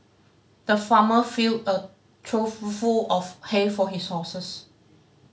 the farmer filled a trough full of hay for his horses